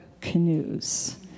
canoes